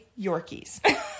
Yorkies